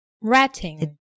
Ratting